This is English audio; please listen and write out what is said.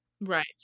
right